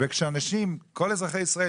כשכל אזרחי ישראל,